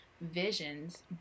visions